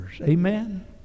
Amen